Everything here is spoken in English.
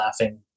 laughing